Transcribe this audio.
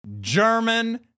German